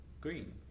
Green